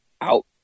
out